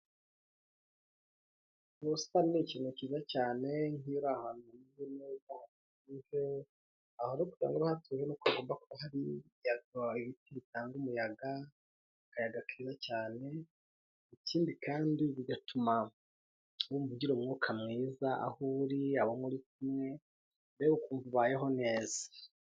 Ubusa ni ikintu cyiza cyane iyo uri ahantu hatuwe nuko hagomba kuba hari yahaye ibiti bitanga umuyaga, akayaga keza cyane ikindi kandi bigatuma wumva ugira umwuka mwiza aho uri abo muri kumwe mbega ukuntu ubayeho neza.